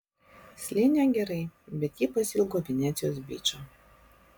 slėnyje gerai bet ji pasiilgo venecijos byčo